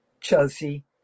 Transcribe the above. Chelsea